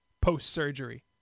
post-surgery